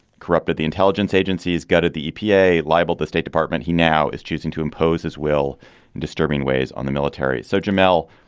corrupted the intelligence agencies, gutted the epa, libeled the state department, he now is choosing to impose his will and disturbing ways on the military. so, jamelle,